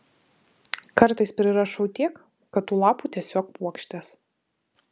kartais prirašau tiek kad tų lapų tiesiog puokštės